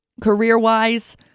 career-wise